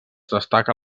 destaca